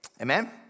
Amen